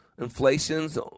Inflation's